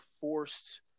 forced